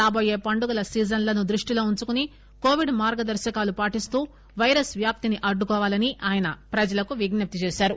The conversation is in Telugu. రాబో యే పండుగల సీజన్లను దృష్టిలో ఉంచుకుని కొవిడ్ మార్గదర్శకాలను పాటిస్తూ వైరస్ వ్యాప్తిని అడ్డుకోవాలని ఆయన ప్రజలకు విజ్ఞప్తి చేశారు